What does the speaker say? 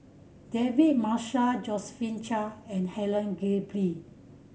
David Marshall Josephine Chia and Helen Gilbey